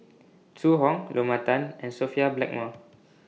Zhu Hong Lorna Tan and Sophia Blackmore